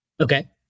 Okay